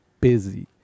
Busy